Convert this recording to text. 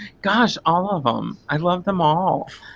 gosh all of them, i love them all.